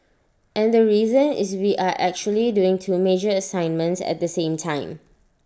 and the reason is we are actually doing two major assignments at the same time